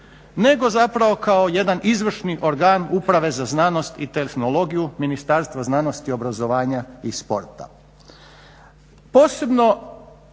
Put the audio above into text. nego zapravo kao jedna izvršni organ uprave za znanost i tehnologiju Ministarstva znanosti, obrazovanja i sporta. Posebno